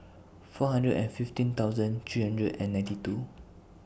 four hundred and fifteen thousand three hundred and ninety two